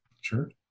Sure